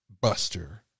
Buster